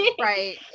Right